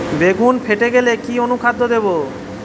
বেগুন ফেটে গেলে কি অনুখাদ্য দেবো?